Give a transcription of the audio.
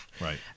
Right